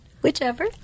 Whichever